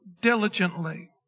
diligently